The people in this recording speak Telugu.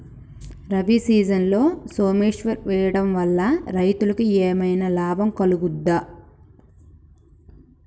రబీ సీజన్లో సోమేశ్వర్ వేయడం వల్ల రైతులకు ఏమైనా లాభం కలుగుద్ద?